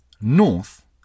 North